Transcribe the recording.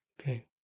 Okay